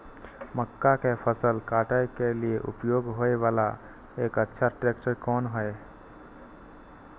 मक्का के फसल काटय के लिए उपयोग होय वाला एक अच्छा ट्रैक्टर कोन हय?